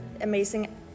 amazing